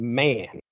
man